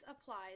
applies